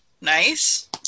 Nice